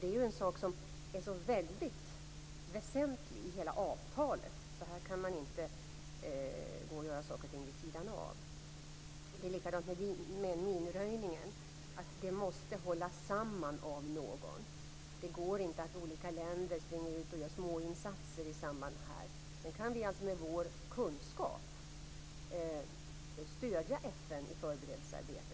Det är en väsentlig sak i hela avtalet. Här kan man inte gå och göra saker vid sidan av. Det är likadant med minröjningen. Den måste hållas samman av någon. Det går inte att olika länder springer ut och gör småinsatser här. Sedan kan vi med vår kunskap stödja FN i förberedelsearbetet.